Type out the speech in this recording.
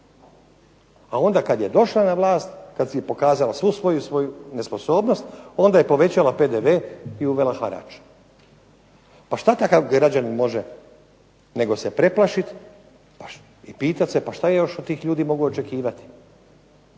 a onda kad je došla na vlast, kad su pokazali svu svoju nesposobnost onda je povećala PDV i uvela harač. Pa šta takav građanin može nego se preplašit i pitat se pa šta ja još od tih ljudi mogu očekivati.